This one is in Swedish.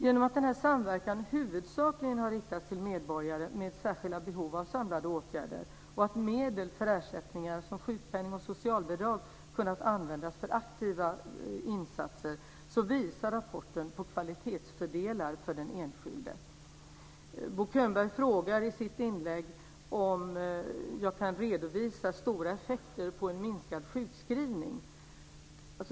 Genom att denna samverkan huvudsakligen har riktats till medborgare med särskilda behov av samlade åtgärder och genom att medel för ersättningar som sjukpenning och socialbidrag har kunnat användas för aktiva insatser visar rapporten på kvalitetsfördelar för den enskilde. Bo Könberg frågar i sitt inlägg om jag kan redovisa stora effekter på en minskad sjukskrivning.